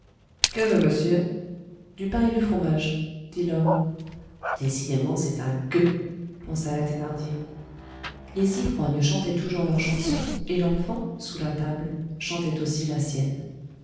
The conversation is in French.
que veut monsieur du pain et du fromage dit l'homme décidément c'est un gueux pensa la thénardier les ivrognes chantaient toujours leur chanson et l'enfant sous la table chantait aussi la sienne